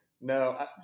No